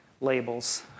labels